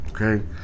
okay